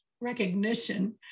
recognition